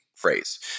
phrase